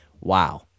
wow